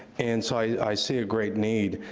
and so i see a great need.